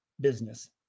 business